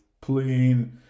plane